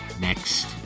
next